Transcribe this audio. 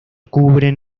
cubren